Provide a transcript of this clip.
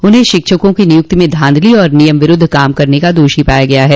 उन्हें शिक्षकों की नियुक्ति में धांधली करने तथा नियम विरूद्ध काम करने का दोषी पाया गया है